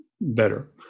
better